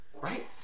Right